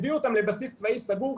הביאו אותם לבסיס צבאי סגור,